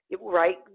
right